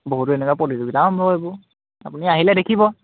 বহু এনেকে প্ৰতিযোগিতাও আপুনি আহিলে দেখিব